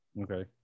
Okay